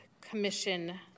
Commission